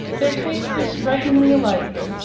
their taste was strikingly alike.